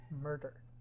Murder